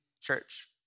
church